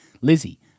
Lizzie